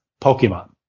Pokemon